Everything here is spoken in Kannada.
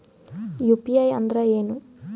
ಯು.ಪಿ.ಐ ಅಂದ್ರೆ ಏನು?